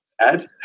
add